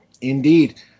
Indeed